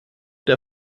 der